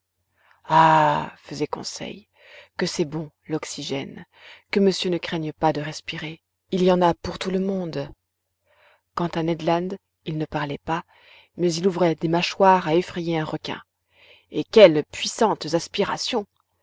faisait conseil que c'est bon l'oxygène que monsieur ne craigne pas de respirer il y en a pour tout le monde quant à ned land il ne parlait pas mais il ouvrait des mâchoires à effrayer un requin et quelles puissantes aspirations